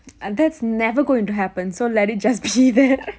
that's never going to happen so let it just be there